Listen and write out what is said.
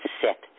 set